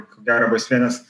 ko gero bus vienas